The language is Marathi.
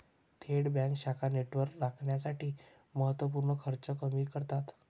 थेट बँका शाखा नेटवर्क राखण्यासाठी महत्त्व पूर्ण खर्च कमी करतात